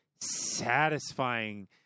satisfying